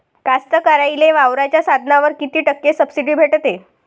कास्तकाराइले वावराच्या साधनावर कीती टक्के सब्सिडी भेटते?